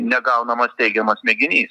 negaunamas teigiamas mėginys